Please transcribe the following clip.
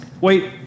Wait